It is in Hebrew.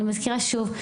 אני מזכירה שוב,